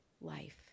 life